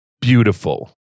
Beautiful